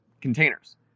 containers